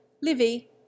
Livy